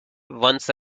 once